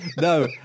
no